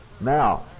Now